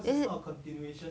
it's